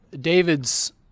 David's